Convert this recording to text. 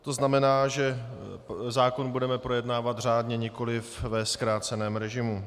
To znamená, že zákon budeme projednávat řádně, nikoli ve zkráceném režimu.